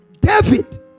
David